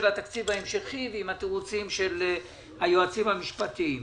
התקציב ההמשכי ועם התירוצים של היועצים המשפטיים.